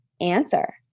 answer